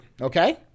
Okay